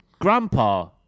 Grandpa